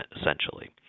essentially